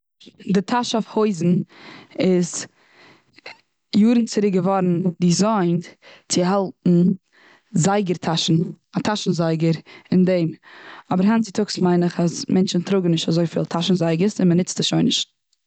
די טאש אויף הויזן איז, יארן צוריק געווארן דיזיינט צו האלטן זייגער טאשן, א טאשן זייגער און דעם. אבער היינט צוטאגס מיין איך אז מענטשן טראגן שוין נישט אזויפיל טאשן זייגערס, און מ'נוצט עס שוין נישט.